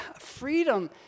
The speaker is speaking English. freedom